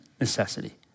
necessity